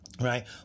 Right